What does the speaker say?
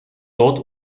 dort